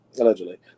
allegedly